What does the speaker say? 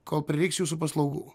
kol prireiks jūsų paslaugų